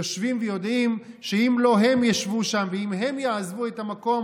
יושבים ויודעים שאם לא הם ישבו שם ואם הם יעזבו את המקום,